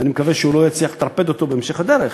ואני מקווה שהוא לא יצליח לטרפד אותו בהמשך הדרך.